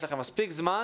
יש לכם מספיק זמן